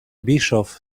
bischoff